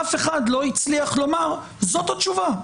אף אחד לא הצליח לומר, זאת התשובה.